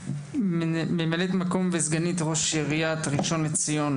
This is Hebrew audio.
ממלאת מקום וסגנית ראש עיריית ראשון לציון,